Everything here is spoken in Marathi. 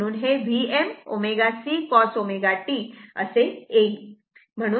म्हणून हे Vm ω C cos ω t असे येईल